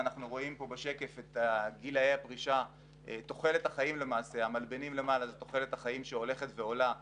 ואנחנו רואים פה בשקף את תוחלת החיים שהולכת ועולה בישראל,